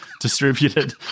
distributed